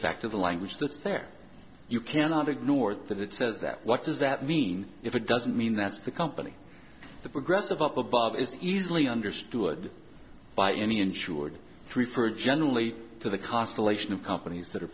ect to the language that's there you cannot ignore that it says that what does that mean if it doesn't mean that's the company the progressive up above is easily understood by any insured prefer generally to the cost elation of companies that are